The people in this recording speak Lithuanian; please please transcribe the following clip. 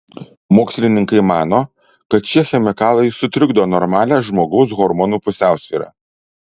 mokslininkai mano kad šie chemikalai sutrikdo normalią žmogaus hormonų pusiausvyrą